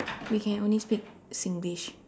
we can only speak Singlish